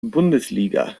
bundesliga